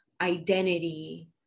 identity